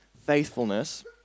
faithfulness